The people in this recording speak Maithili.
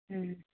हँ